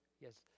Yes